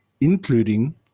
including